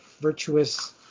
virtuous